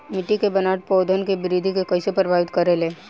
मिट्टी के बनावट पौधन के वृद्धि के कइसे प्रभावित करे ले?